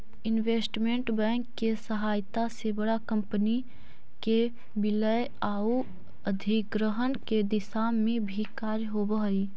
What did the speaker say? investment bank के सहायता से बड़ा कंपनी के विलय आउ अधिग्रहण के दिशा में भी कार्य होवऽ हइ